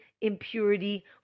impurity